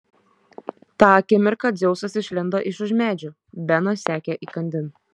tą akimirką dzeusas išlindo iš už medžių benas sekė įkandin